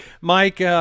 Mike